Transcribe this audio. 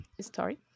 story